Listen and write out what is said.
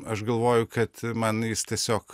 aš galvoju kad man jis tiesiog